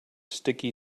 sticky